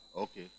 Okay